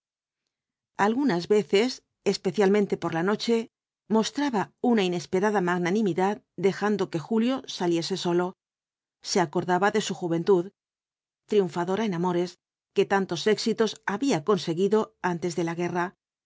algunas veces especialmente por la noche mostraba una inesperada magnanimidad dejando que julio saliese solo se acordaba de su juventud triunfadora en amores que tantos éxitos había conseguido antes de la guerra